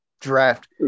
draft